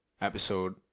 episode